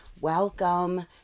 Welcome